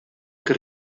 que